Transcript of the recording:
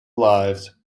lives